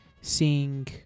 seeing